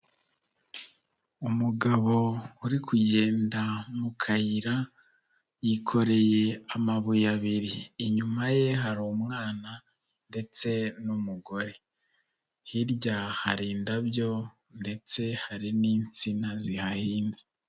Umugabo uri kugenda mu kayira, yikoreye amabuye abiri. Inyuma ye hari umwana ndetse n'umugore. Hirya hari indabyo ndetse hari n'insina zihahinze.